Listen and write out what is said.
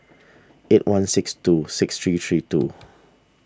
eight one six two six three three two